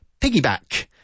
piggyback